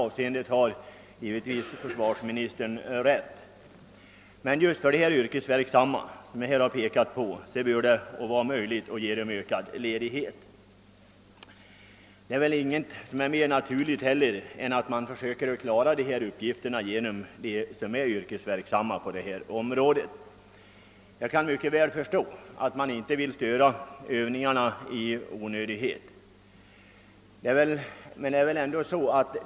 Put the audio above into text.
Försvarsministern har naturligtvis rätt därvidlag. Men just det yrkesfolk som det här är fråga om bör kunna få ökad ledighet. Ingenting borde heller vara mera naturligt än att försöka klara uppgifterna med personer som är yrkesverksamma på detta område. Jag förstår mycket väl att man inte önskar bedriva militära övningar i onödan.